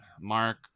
Mark